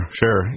sure